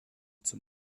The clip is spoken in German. zum